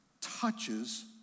touches